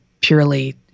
purely